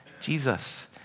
Jesus